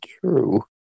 true